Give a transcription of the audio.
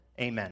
Amen